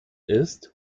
ist